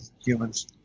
humans